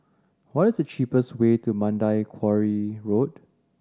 what is the cheapest way to Mandai Quarry Road